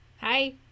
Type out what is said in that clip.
Hi